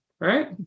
right